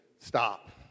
stop